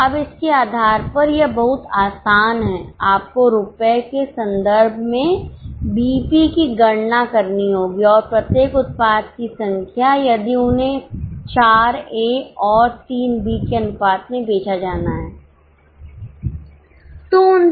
अब इसके आधार पर यह बहुत आसान है आपको रुपये के संदर्भ में बीईपी की गणना करनी होगी और प्रत्येक उत्पाद की संख्या यदि उन्हें 4 ए और 3 बी के अनुपात में बेचा जाना है